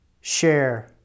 share